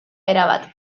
erabat